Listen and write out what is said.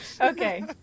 okay